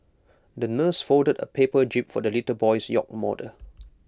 the nurse folded A paper jib for the little boy's yacht model